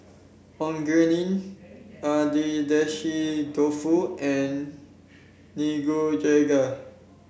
Onigiri Agedashi Dofu and Nikujaga